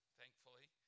thankfully